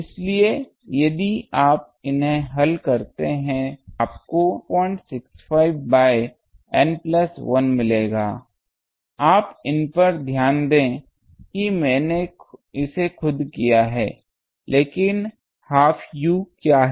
इसलिए यदि आप इन्हें हल करते हैं तो आपको 265 बाय N प्लस 1 मिलेगा आप इन पर ध्यान दें कि मैंने इसे खुद किया है लेकिन हाफ u क्या है